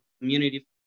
community